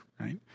right